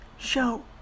Show